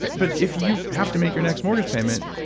but but if you have to make your next mortgage payment,